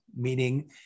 meaning